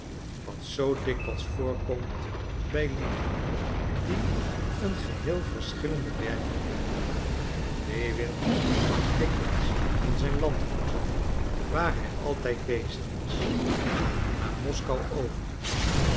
wat zoo dikwijls voorkomt bij lieden die een geheel verschillenden werkkring hebben lewin kwam dikwijls van zijn landgoed waar hij altijd bezig was naar moskou over